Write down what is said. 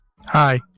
Hi